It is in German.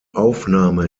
aufnahme